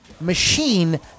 machine